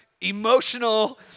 emotional